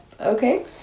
Okay